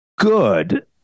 good